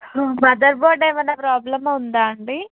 mother board ఏమైన problem ఉందా అండి